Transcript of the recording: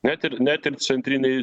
net ir net ir centriniai